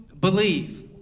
believe